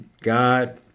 God